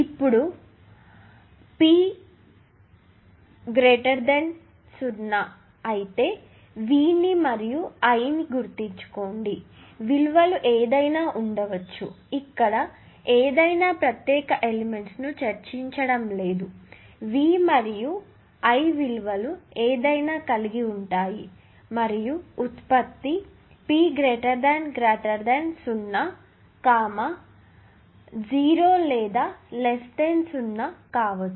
ఇప్పుడు ఈ P 0 అయితే V ని మరియు I గుర్తుంచుకోండి విలువలు ఏదైనా ఉండవచ్చు ఇక్కడ ఏదైనా ప్రత్యేక ఎలెమెంట్స్ ను చర్చించడం లేదు V మరియు I విలువలు ఏదైనా కలిగి ఉంటాయి మరియు ఉత్పత్తి P 0 0 లేదా 0 కావచ్చు